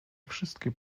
wszystkie